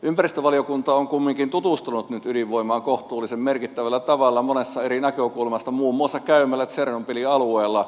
ympäristövaliokunta on kumminkin tutustunut nyt ydinvoimaan kohtuullisen merkittävällä tavalla monesta eri näkökulmasta muun muassa käymällä tsernobylin alueella